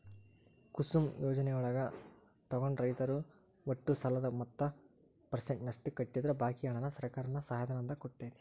ಕುಸುಮ್ ಯೋಜನೆಯೊಳಗ ಸಾಲ ತೊಗೊಂಡ ರೈತರು ಒಟ್ಟು ಸಾಲದ ಹತ್ತ ಪರ್ಸೆಂಟನಷ್ಟ ಕಟ್ಟಿದ್ರ ಬಾಕಿ ಹಣಾನ ಸರ್ಕಾರ ಸಹಾಯಧನ ಅಂತ ಕೊಡ್ತೇತಿ